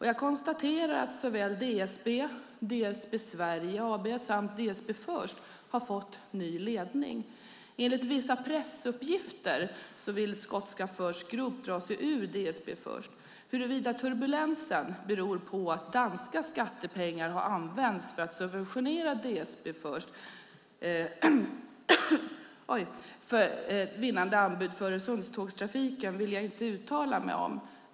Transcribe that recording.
Jag konstaterar att såväl DSB, DSB Sverige AB samt DSB First har fått ny ledning. Enligt vissa pressuppgifter vill skotska First Group dra sig ur DSB First. Huruvida turbulensen beror på att danska skattepengar har använts för att subventionera DSB Firsts vinnande anbud för Öresundstågtrafiken vill jag inte uttala mig om.